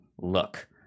look